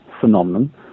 phenomenon